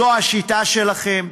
זו השיטה שלכם?